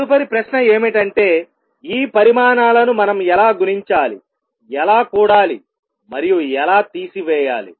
తదుపరి ప్రశ్న ఏమిటంటేఈ పరిమాణాలను మనం ఎలా గుణించాలి ఎలా కూడాలి మరియు ఎలా తీసివేయాలి